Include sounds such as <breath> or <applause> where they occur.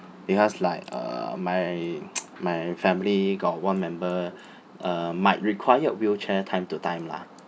because like uh my <noise> my family got one member <breath> uh might require wheelchair time to time lah